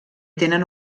tenen